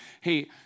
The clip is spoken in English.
hey